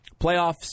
playoffs